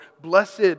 blessed